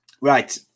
Right